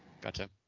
Gotcha